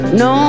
no